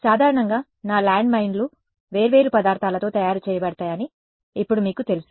సాధారణంగా ఈ ల్యాండ్మైన్లు వేర్వేరు పదార్థాలతో తయారు చేయబడతాయని ఇప్పుడు మీకు తెలుసు